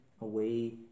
away